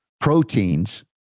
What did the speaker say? proteins